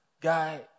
guy